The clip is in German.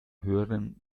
hören